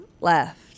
left